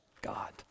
God